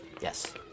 Yes